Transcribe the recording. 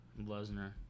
Lesnar